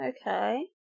Okay